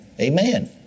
Amen